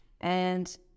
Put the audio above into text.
And-